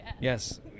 Yes